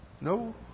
No